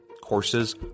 courses